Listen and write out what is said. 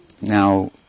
now